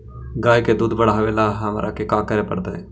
गाय के दुध बढ़ावेला हमरा का करे पड़तई?